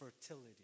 fertility